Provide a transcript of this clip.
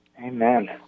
Amen